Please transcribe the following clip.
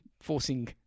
forcing